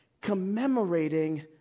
commemorating